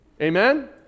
Amen